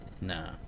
Nah